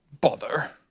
bother